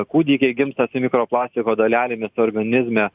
kūdikiai gimsta su mikroplastiko dalelėmis organizme